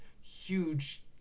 huge